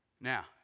Now